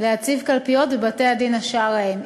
להציב קלפיות בבתי-הדין השרעיים.